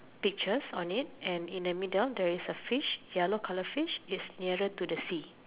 pictures on it and in the middle there is a fish yellow colour fish it's nearer to the sea